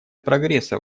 прогресса